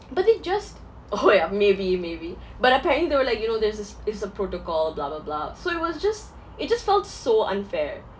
but it just oh ya maybe maybe but apparently they were like you know there's this it's a protocol blah blah blah so it was just it just felt so unfair